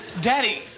Daddy